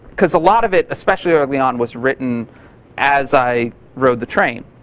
cause a lot of it, especially early on, was written as i rode the train.